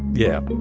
yeah,